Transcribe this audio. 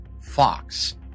Fox